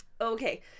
Okay